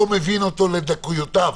לא מבין אותו לדקויותיו.